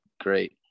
great